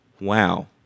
wow